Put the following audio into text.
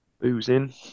Boozing